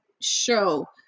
show